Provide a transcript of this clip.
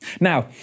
Now